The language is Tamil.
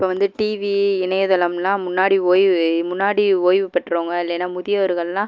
இப்போ வந்து டிவி இணையதளம்லாம் முன்னாடி ஓய்வு முன்னாடி ஓய்வு பெற்றவங்க இல்லைன்னா முதியோர்கள்லாம்